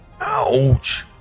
Ouch